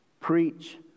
Preach